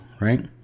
right